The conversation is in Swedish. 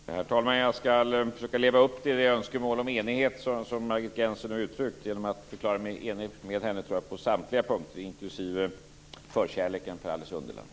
Herr talman! Jag skall försöka leva upp till det önskemål om enighet som Margit Gennser har uttryckt genom att förklara mig enig med henne på, tror jag, samtliga punkter - inklusive förkärleken för Alice i Underlandet.